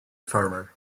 farmer